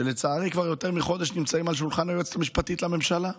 שלצערי כבר יותר מחודש נמצאות על שולחן היועצת המשפטית לממשלה.